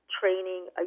training